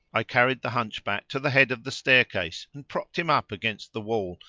i carried the hunchback to the head of the staircase and propped him up against the wall,